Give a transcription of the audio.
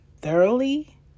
thoroughly